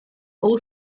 all